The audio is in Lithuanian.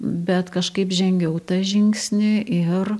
bet kažkaip žengiau tą žingsnį ir